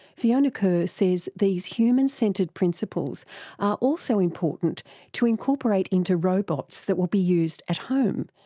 fiona kerr says these human-centred principles are also important to incorporate into robots that will be used at home,